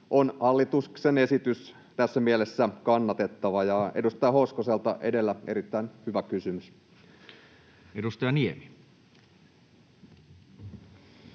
on hallituksen esitys tässä mielessä kannatettava — ja edustaja Hoskoselta edellä erittäin hyvä kysymys. [Speech